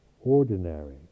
ordinary